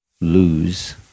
lose